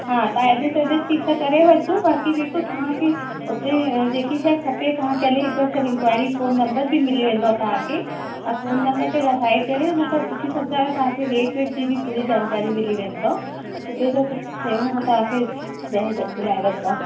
हा तव्हां एड्रेस वेड्रेस ठीकु सां करे वठिजो बाक़ी जेको तव्हांखे उते जेकी शइ खपे तव्हां पहिरीं हिक बार सभु इंक्वाइरी फ़ोन नम्बर बि मिली वेंदव तव्हांखे ऐं फ़ोन नम्बर ते ॻाल्हाए करे उनसां पुछी सघंदा आयो तव्हांखे रेट वेट जी पूरी जानकारी मिली वेंदव सुठे सां सुठी शयूं हो अथव ॾई रख दिलाए रखंदा